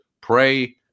Pray